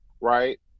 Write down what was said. right